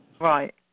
Right